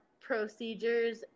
procedures